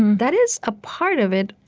that is a part of it.